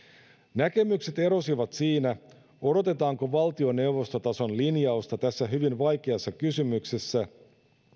näkemykset erosivat siinä odotetaanko valtioneuvostotason linjausta tässä hyvin vaikeassa kysymyksessä